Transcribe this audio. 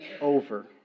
over